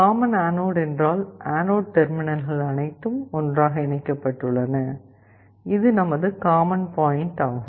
common anode என்றால் anode டெர்மினல்கள் அனைத்தும் ஒன்றாக இணைக்கப்பட்டுள்ளன இது நமது காமன் பாயிண்ட் ஆகும்